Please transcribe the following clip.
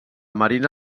marina